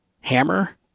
Hammer